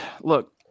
look